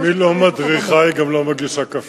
אם היא לא מדריכה, היא גם לא מגישה קפה.